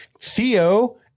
Theo